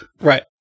right